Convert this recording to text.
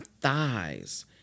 thighs